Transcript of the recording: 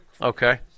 Okay